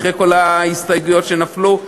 אחרי שכל ההסתייגויות נפלו,